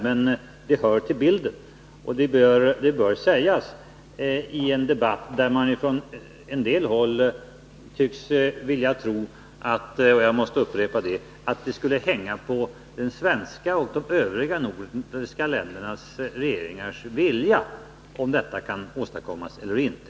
Men det hör till bilden, och det bör sägas i en debatt där man från en del håll tycks tro — jag måste upprepa det — att det skulle hänga på den svenska och de övriga nordiska regeringarnas vilja om detta kan åstadkommas eller inte.